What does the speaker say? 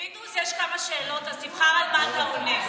פינדרוס, יש כמה שאלות, אז תבחר על מה אתה עונה.